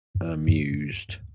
amused